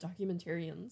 documentarians